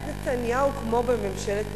בממשלת נתניהו כמו בממשלת נתניהו,